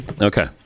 Okay